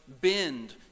bend